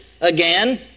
again